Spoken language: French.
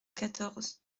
quatorze